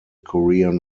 korean